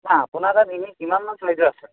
বা আপোনাৰ তাত এনেই কিমানমান চাইজৰ আছে